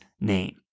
name